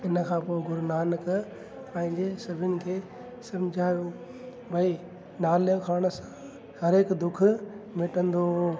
हिन खां पोइ गुरू नानक पंहिंजे सभिनि खे सम्झाइणो भई नाले खरण सां हर हिकु दुख मिटंदो हुओ